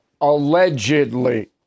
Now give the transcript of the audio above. allegedly